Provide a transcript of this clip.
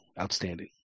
outstanding